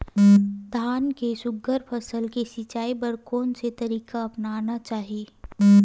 धान के सुघ्घर फसल के सिचाई बर कोन से तरीका अपनाना चाहि?